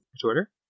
Twitter